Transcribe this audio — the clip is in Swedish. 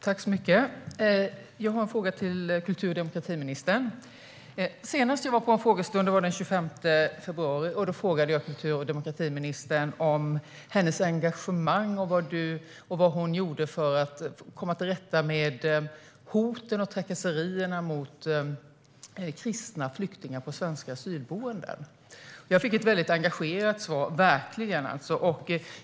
Herr talman! Jag har en fråga till kultur och demokratiministern. Senast jag var på en frågestund var den 25 februari. Då frågade jag kultur och demokratiministern om hennes engagemang och vad hon gjorde för att komma till rätta med hoten och trakasserierna mot kristna flyktingar på svenska asylboenden. Jag fick ett väldigt engagerat svar, verkligen.